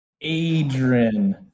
Adrian